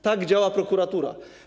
Tak działa prokuratura.